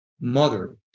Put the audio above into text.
mother